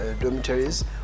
dormitories